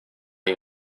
you